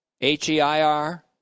H-E-I-R